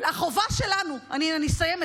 החובה שלנו, אדוני היושב-ראש, אני אסיים.